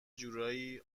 جورایی